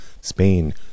Spain